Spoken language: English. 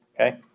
okay